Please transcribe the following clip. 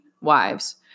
wives